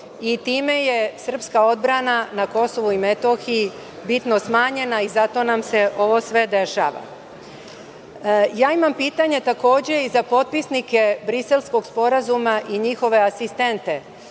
i time je srpska odbrana na KiM smanjena i zato nam se ovo sve dešava. Ja imam pitanja i za potpisnike Briselskog sporazuma i njihove asistente.